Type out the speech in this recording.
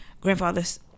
grandfather's